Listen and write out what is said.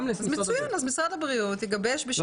אז משרד הבריאות יגבש.